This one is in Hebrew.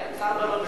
אין שר בממשלה,